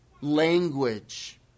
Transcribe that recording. language